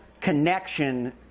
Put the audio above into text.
connection